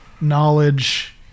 knowledge